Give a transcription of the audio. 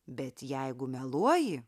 bet jeigu meluoji